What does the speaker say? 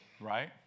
right